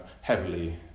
heavily